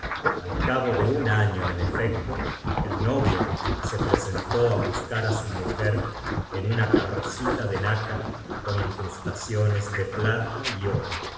al cabo de un nño en efecto el novio tengan ojos bastante buenos para verlas se presentó á buscar á su mujer en una carrocita de nácar con incrustaciones de fjn de l wstoeia de lln casc'anueces plata y oro